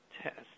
test